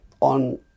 on